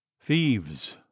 thieves